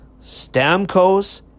Stamkos